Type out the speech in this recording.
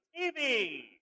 TV